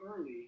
early